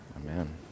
Amen